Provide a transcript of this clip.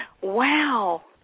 Wow